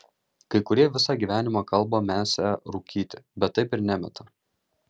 kai kurie visą gyvenimą kalba mesią rūkyti bet taip ir nemeta